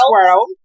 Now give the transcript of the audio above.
Squirrel